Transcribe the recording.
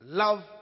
love